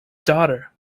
daughter